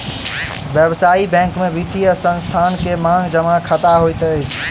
व्यावसायिक बैंक में वित्तीय संस्थान के मांग जमा खता होइत अछि